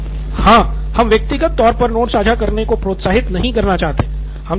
नितिन कुरियन हाँ हम व्यक्तिगत तौर पर नोट्स साझा करने को प्रोत्साहित नहीं करना चाहते हैं